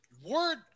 word